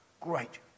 great